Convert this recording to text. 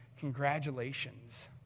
congratulations